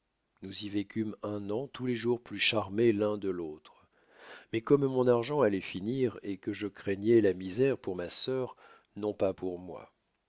nous y vécûmes un an tous les jours plus charmés l'un de l'autre mais comme mon argent alloit finir et que je craignois la misère pour ma sœur non pas pour moi